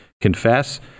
confess